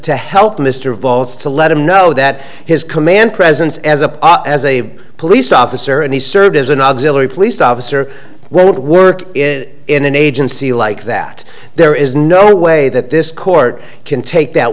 to help mr vaults to let him know that his command presence as a as a police officer and he served as an auxiliary police officer won't work in in an agency like that there is no way that this court can take that